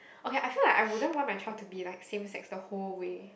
okay I feel like I wouldn't want my child to be like same sex the whole way